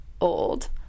old